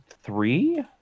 three